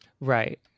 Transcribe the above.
Right